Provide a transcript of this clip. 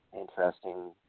interesting